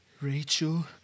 Rachel